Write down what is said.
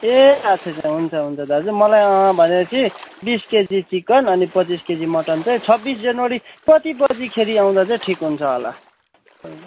ए अच्छा अच्छा हुन्छ हुन्छ दाजु मलाई भने पछि बिस केजी चिकन अनि पच्चिस केजी मटन चाहिँ छब्बिस जनवरी कति बजी आउँदाखेरि चाहिँ ठिक हुन्छ होला